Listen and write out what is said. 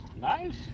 nice